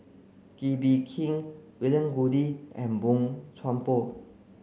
Kee Bee Khim William Goode and Boey Chuan Poh